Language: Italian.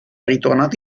ritornato